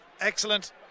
excellent